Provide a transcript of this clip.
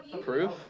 Proof